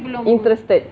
interested